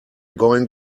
going